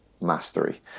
mastery